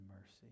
mercy